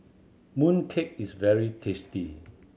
mooncake is very tasty